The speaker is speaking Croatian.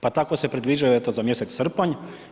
Pa tako se predviđaju eto za mjesec srpanj.